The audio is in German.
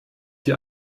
die